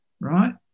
right